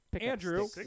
Andrew